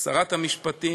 שרת המשפטים,